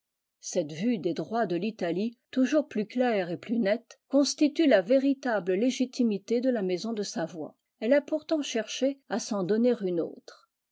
cette vue des droits de l'italie toujours plus claire et plus nette constitue la véritable légitimité de la maison de savoie elle a pourtant cherché à s'en donner une autre